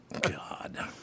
God